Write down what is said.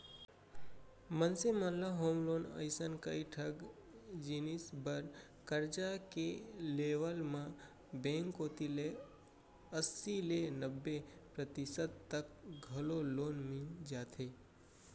मनसे मन ल होम लोन असन कइ ठन जिनिस बर करजा के लेवब म बेंक कोती ले अस्सी ले नब्बे परतिसत तक घलौ लोन मिल जाथे